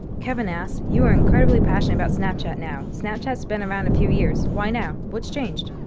kevin asks, you are incredibly passionate about snapchat now. snapchat's been around a few years, why now? what's changed?